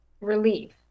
relief